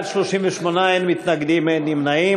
38, אין מתנגדים ואין נמנעים.